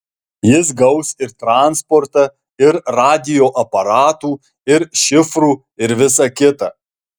jis gaus ir transportą ir radijo aparatų ir šifrų ir visa kita